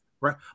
right